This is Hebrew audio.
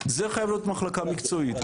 זה חייב להיות מחלקה מקצועית,